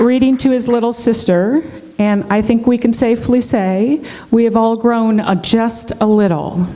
reading to his little sister and i think we can safely say we have all grown up just a little